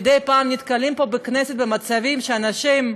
מדי פעם אנחנו נתקלים פה בכנסת במצבים שאנשים,